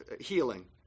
healing